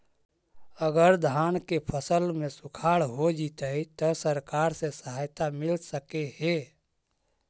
अगर धान के फ़सल में सुखाड़ होजितै त सरकार से सहायता मिल सके हे?